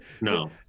no